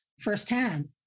firsthand